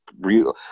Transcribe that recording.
real